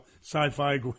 sci-fi